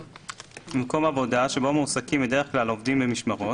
(ח1) במקום עבודה שבו מועסקים בדרך כלל עובדים במשמרות,